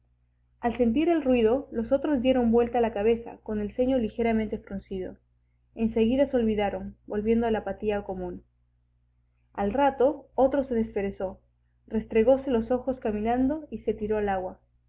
al sentir el ruido los otros dieron vuelta la cabeza con el ceño ligeramente fruncido en seguida se olvidaron volviendo a la apatía común al rato otro se desperezó restregóse los ojos caminando y se tiró al agua